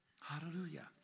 Hallelujah